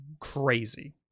crazy